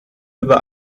über